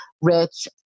rich